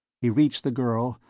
he reached the girl,